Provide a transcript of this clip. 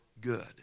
good